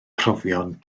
profion